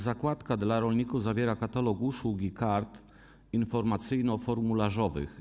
Zakładka dla rolników zawiera katalog usług i kart informacyjno-formularzowych.